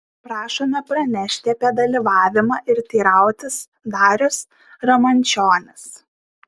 prašome pranešti apie dalyvavimą ir teirautis darius ramančionis